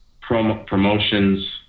promotions